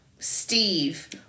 Steve